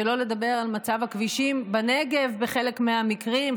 ושלא לדבר על מצב הכבישים בנגב בחלק מהמקרים,